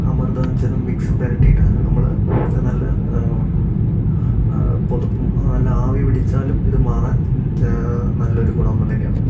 അമൃതാഞ്ജനും വിക്സും പുരട്ടീട്ട് നമ്മൾ നല്ല പുതപ്പും നല്ല ആവി പിടിച്ചാലും ഇത് മാറാൻ നല്ലൊരു ഗുണം തന്നെയാണ്